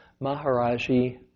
Maharaji